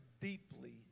deeply